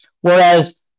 whereas